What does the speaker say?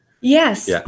Yes